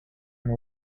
and